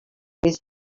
his